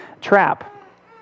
trap